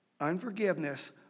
unforgiveness